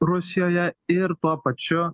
rusijoje ir tuo pačiu